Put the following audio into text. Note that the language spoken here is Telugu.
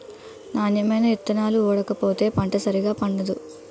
నాణ్యమైన ఇత్తనాలు ఓడకపోతే పంట సరిగా పండదు